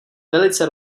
velice